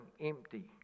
empty